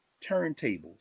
turntables